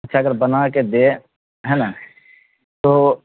اچھا اگر بنا کے دے ہے نا تو